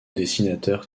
dessinateur